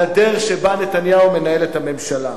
לדרך שבה נתניהו מנהל את הממשלה.